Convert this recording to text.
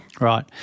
Right